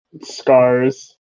scars